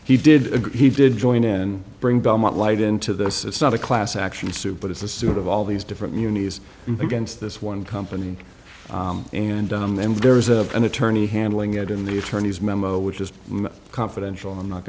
agree he did join in bring belmont light into this it's not a class action suit but it's a suit of all these different muni's against this one company and then there was a an attorney handling it in the attorney's memo which is confidential i'm not